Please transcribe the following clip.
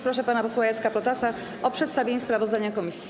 Proszę pana posła Jacka Protasa o przedstawienie sprawozdania komisji.